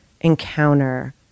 encounter